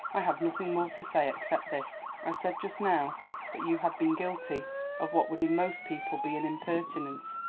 i have nothing more to say except this. i said just now that you had been guilty of what would in most people be an impertinence.